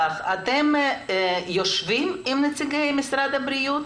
אתם יושבים עם נציגי משרד הבריאות?